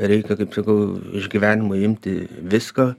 reikia kaip sakau iš gyvenimo imti viską